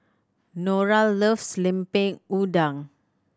Norah loves Lemper Udang